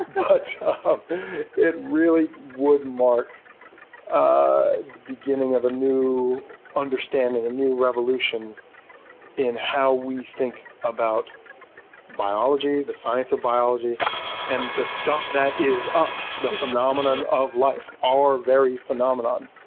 but it really would mark ah the beginning of a new understanding, a new revolution in how we think about biology, the science of biology and the stuff that is us, the phenomenon of life, our very phenomenon.